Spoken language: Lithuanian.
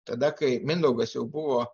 tada kai mindaugas jau buvo